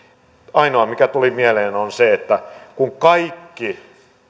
ainoa mikä tuli mieleen oli se että kun kaikki